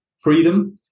freedom